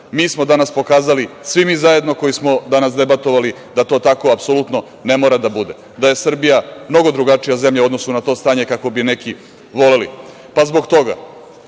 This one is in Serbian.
smo danas svi zajedno pokazali, koji smo danas debatovali, da to tako apsolutno ne mora da bude, da je Srbija mnogo drugačija zemlja u odnosu na to stanje kako bi neki voleli. Zbog toga,